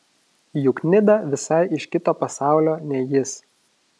juk nida visai iš kito pasaulio nei jis